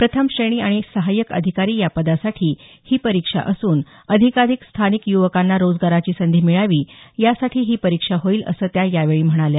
प्रथम श्रेणी आणि सहाय्यक अधिकारी या पदासाठी ही परीक्षा असून अधिकाधिक स्थानिक युवकांना रोजगाराची संधी मिळावी यासाठी ही परीक्षा होईल असं त्या यावेळी म्हणाल्या